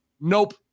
nope